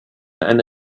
and